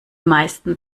meisten